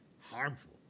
harmful